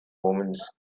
omens